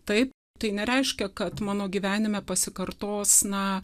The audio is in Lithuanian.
taip tai nereiškia kad mano gyvenime pasikartos na